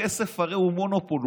הכסף הרי הוא מונופול,